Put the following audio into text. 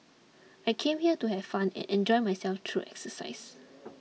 I came here to have fun and enjoy myself through exercise